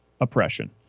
oppression